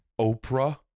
Oprah